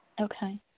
Okay